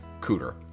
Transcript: Cooter